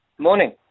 Morning